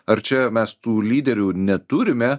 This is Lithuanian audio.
ar čia mes tų lyderių neturime